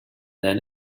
then